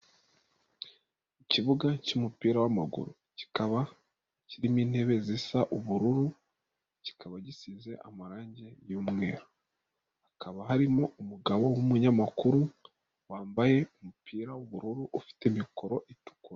Ikibuga cy'umupira w'amaguru, kikaba kirimo intebe zisa ubururu, kikaba gisize amarangi y'umweru, hakaba harimo umugabo w'umunyamakuru, wambaye umupira w'ubururu ufite mikoro itukura.